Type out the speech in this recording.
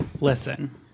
Listen